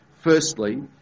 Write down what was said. Firstly